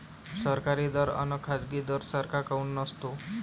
सरकारी दर अन खाजगी दर सारखा काऊन नसतो?